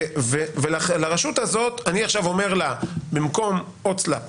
ולכן אני עכשיו אומר לרשות הזאת: במקום הוצל"פ